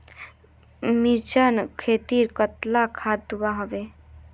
मिर्चान खेतीत कतला खाद दूबा होचे?